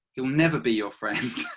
will never be your friend!